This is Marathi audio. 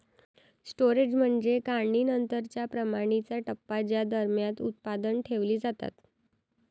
स्टोरेज म्हणजे काढणीनंतरच्या प्रणालीचा टप्पा ज्या दरम्यान उत्पादने ठेवली जातात